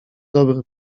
dobry